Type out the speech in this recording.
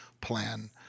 plan